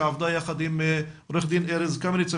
שעבדה יחד עם עו"ד ארז קמיניץ,